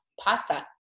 pasta